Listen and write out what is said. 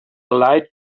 light